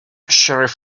sheriff